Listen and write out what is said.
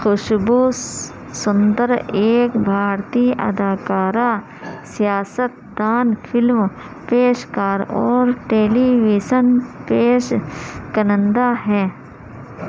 خوشبو سندر ایک بھارتی اداکارہ سیاستدان فلم پیشکاراور ٹیلی ویسن پیش کنندہ ہے